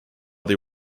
they